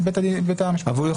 זה רק